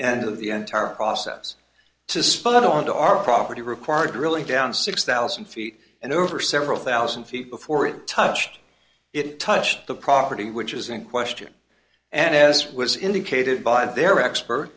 of the entire process to spot on to our property required drilling down six thousand feet and over several thousand feet before it touched it touched the property which is in question and as was indicated by their expert